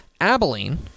Abilene